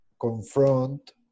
confront